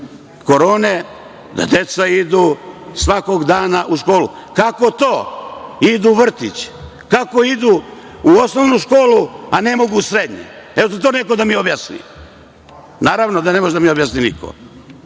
korone da deca idu svakog dana u školu. Kako to idu u vrtić? Kako idu u osnovnu školu, a ne mogu u srednju, hoće to neko da mi objasni? Naravno da ne može niko da mi objasni. Znači,